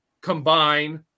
combine